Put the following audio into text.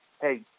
hey